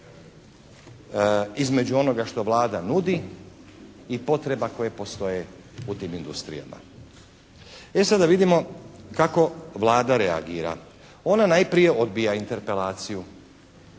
između onoga što Vlada nudi i potreba koje postoje u tim industrijama. E sada, da vidimo kako Vlada reagira? Ona najprije odbija Interpelaciju.